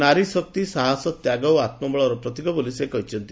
ନାରୀ ଶକ୍ତି ସାହସ ତ୍ୟାଗ ଓ ଆତ୍ମବଳର ପ୍ରତୀକ ବୋଲି ସେ କହିଛନ୍ତି